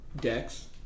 decks